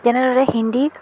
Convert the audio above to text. তেনেদৰে হিন্দী